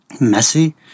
messy